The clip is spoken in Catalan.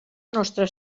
nostra